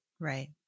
right